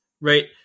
right